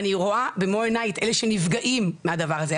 אני רואה במו עיניי את אלה שנפגעים מהדבר הזה.